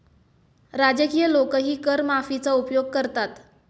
राजकीय लोकही कर माफीचा उपयोग करतात